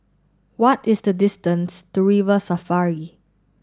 what is the distance to River Safari